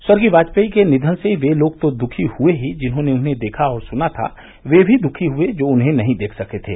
स्वर्गीय वाजपेई के निधन से वे लोग तो दुखी हए ही जिन्होंने उन्हें देखा और सुना था वे भी दुखी हुए जो उन्हें नहीं देख सके थे